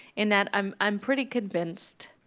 in that i'm i'm pretty convinced,